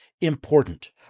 important